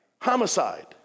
Homicide